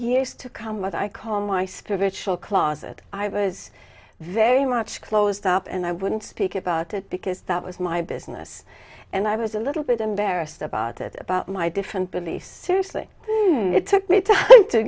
years to come what i call my spiritual closet i was very much closed up and i wouldn't speak about it because that was my business and i was a little bit embarrassed about it about my different beliefs seriously it took me t